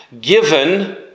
given